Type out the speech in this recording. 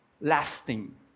lasting